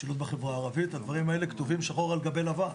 הדברים האלה כתובים שחור על גבי לבן